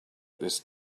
this